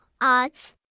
odds